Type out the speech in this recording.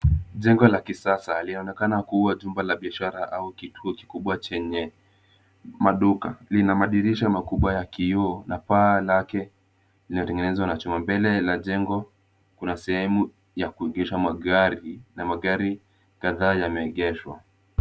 Jengo la kisasa linaonekana kuwa jumba la biashara au kituo kikubwa chenye maduka. Lina madirisha makubwa ya kioo na paa lake limetengenezwa na chuma. Mbele la jengo kuna sehemu ya kuegesha magari na magari kadhaa yameegeshwa.